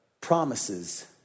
promises